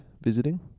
visiting